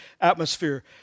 atmosphere